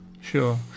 Sure